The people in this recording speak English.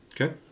Okay